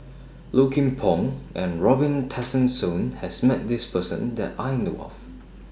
Low Kim Pong and Robin Tessensohn has Met This Person that I know of